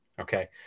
okay